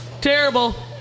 Terrible